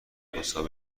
مساوی